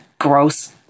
gross